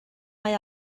mae